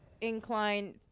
incline